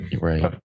right